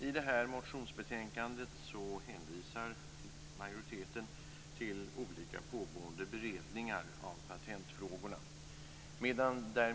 I det här motionsbetänkandet hänvisar majoriteten till olika pågående beredningar av patentfrågorna.